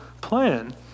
plan